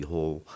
Hall